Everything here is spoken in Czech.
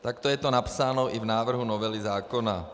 Takto je to napsáno i v návrhu novely zákona.